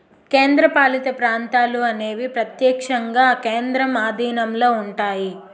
కేంద్రపాలిత ప్రాంతాలు అనేవి ప్రత్యక్షంగా కేంద్రం ఆధీనంలో ఉంటాయి